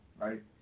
right